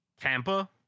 Tampa